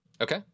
Okay